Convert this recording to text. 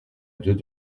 deux